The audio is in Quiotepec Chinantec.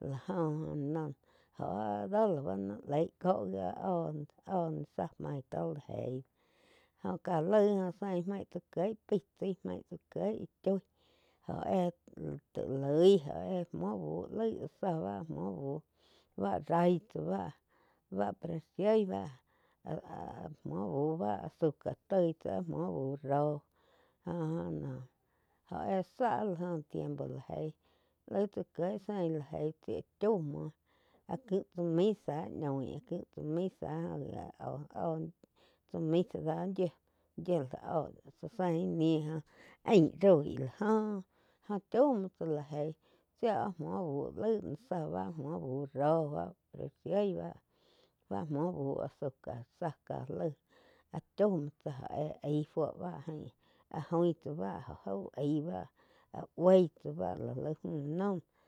la joh jo la noh jóh áh dó ba naí leig cóh gia oh óh zá maig tó lá eig jó ká laig joh zein maig tsá kieg pai tsai maig kieg choi jóh éh taig loi óh éh muo bu laig záh bá muo buh bá rai tsá báh, báh presión báh áh-áh muo buh azúcar toi tsá muo buh róh joh-joh noh óh éh záh áh la joh tiempo la eig laíi tsá kieg zein la eig chaum muo áh jih tsá misa ñoin zá ñoi tsá misa yiu oh tsá sein íh ni joh ain roi la joh. Jó chaum muo tsá la jeí tsio oh muo bu laig ni záh áh muo bu róh presión báh muo bú azúcar záh ká laig áh chaum muo tsá oh éh aig fuo báh áh join tsá báh jau aíh báh áh búoi tsá báh lá laig mú noh.